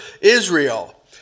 Israel